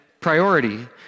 priority